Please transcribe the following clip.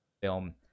film